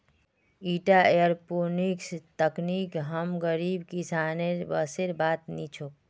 ईटा एयरोपोनिक्स तकनीक हम गरीब किसानेर बसेर बात नी छोक